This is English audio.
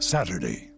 Saturday